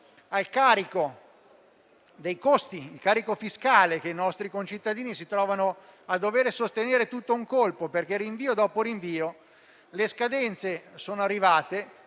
molto relativa al carico fiscale che i nostri concittadini si trovano a dover sostenere tutto di un colpo perché rinvio dopo rinvio le scadenze sono arrivate,